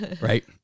Right